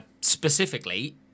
specifically